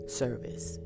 service